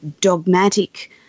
dogmatic